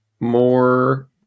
more